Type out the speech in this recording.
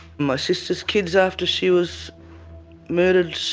my sister's kids after she was murdered